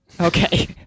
okay